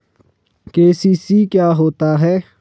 KCC क्या होता है?